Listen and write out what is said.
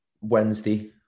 Wednesday